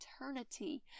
eternity